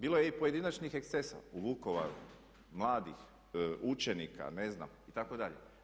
Bilo je i pojedinačnih ekscesa u Vukovaru, mladih učenika, ne znam itd.